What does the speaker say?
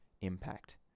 impact